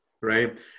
Right